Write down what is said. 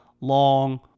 long